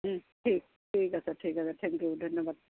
ঠিক ঠিক আছে ঠিক আছে থেংক ইউ ধন্যবাদ